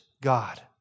God